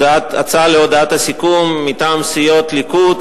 הצעה להודעת סיכום מטעם סיעות הליכוד,